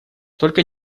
только